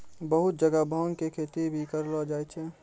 बहुत जगह भांग के खेती भी करलो जाय छै